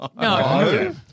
no